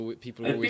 people